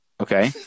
Okay